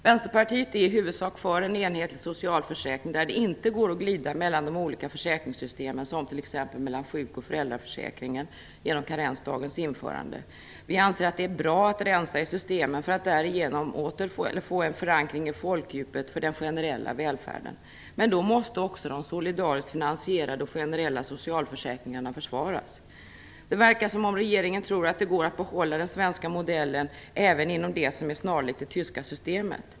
Vänsterpartiet är i huvudsak för en enhetlig socialförsäkring där det inte går att glida mellan de olika försäkringssystemen, som t.ex. mellan sjuk och föräldraförsäkringen genom karensdagens införande. Vi anser att det är bra att rensa i systemen för att därigenom åter få en förankring i folkdjupet för den generella välfärden. Men då måste också de solidariskt finansierade och generella socialförsäkringarna försvaras. Det verkar som om regeringen tror att det går att behålla den svenska modellen även inom det som är snarlikt det tyska systemet.